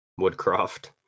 Woodcroft